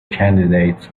candidate